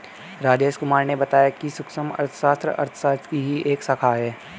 राजेश कुमार ने बताया कि सूक्ष्म अर्थशास्त्र अर्थशास्त्र की ही एक शाखा है